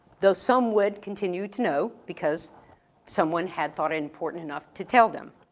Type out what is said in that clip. though some would continue to know because someone had thought it important enough to tell them.